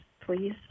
please